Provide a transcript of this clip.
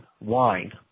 wine